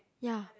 ya